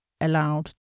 allowed